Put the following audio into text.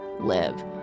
live